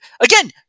again